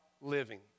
living